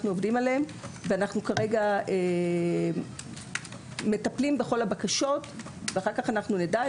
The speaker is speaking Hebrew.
אנחנו כרגע מטפלים בכל הבקשות ואחר כך אנחנו נדע.